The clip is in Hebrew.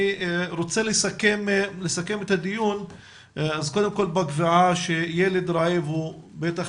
אני רוצה לסכם את הדיון בקביעה שילד רעב הוא בטח